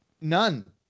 None